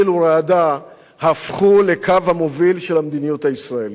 חיל ורעדה הפכו לקו המוביל של המדיניות הישראלית,